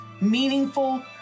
meaningful